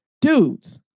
Dudes